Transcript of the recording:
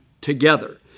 together